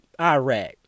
Iraq